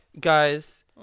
guys